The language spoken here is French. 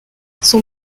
son